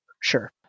Sure